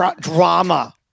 drama